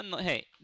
hey